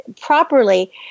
properly